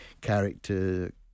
character